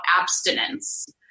abstinence